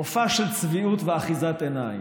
מופע של צביעות ואחיזת עיניים.